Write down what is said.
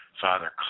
Father